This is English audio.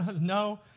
No